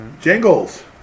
Jingles